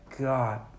God